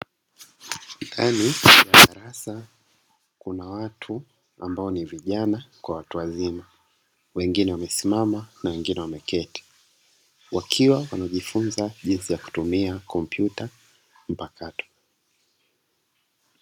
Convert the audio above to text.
Ndani ya darasa kuna watu ambao ni vijana kwa watu wazima, wengine wamesimama na wengine wameketi, wakiwa wanajifunza jinsi ya kutumia kompyuta mpakato.